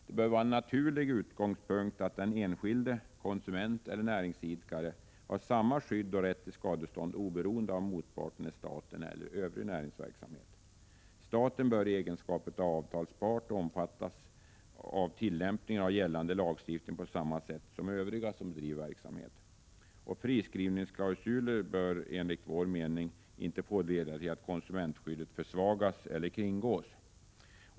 Det bör vara en naturlig utgångspunkt att den enskilde, konsument eller näringsidkare, har samma skydd och rätt till skadestånd oberoende om motparten är staten eller övrig näringsverksamhet. Staten bör i egenskap av avtalspart omfattas av tillämpningen av gällande lagstiftning på samma sätt som övriga som driver verksamhet. Friskrivningsklausuler bör enligt min mening inte få leda till att konsumentskyddet försvagas eller kringgås.